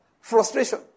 frustration